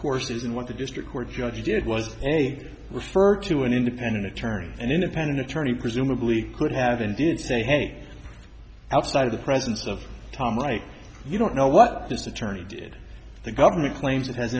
course is in what the district court judge did was take referred to an independent attorney and independent attorney presumably could have and did say hey outside of the presence of tom right you don't know what this attorney did the government claims it has